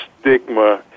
stigma